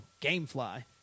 Gamefly